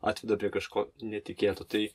atveda prie kažko netikėto tai